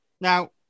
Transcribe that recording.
now